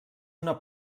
una